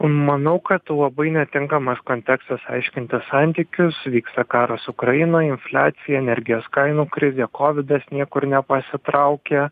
manau kad labai netinkamas kontekstas aiškintis santykius vyksta karas ukrainoj infliacija energijos kainų krizė kovidas niekur nepasitraukė